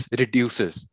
reduces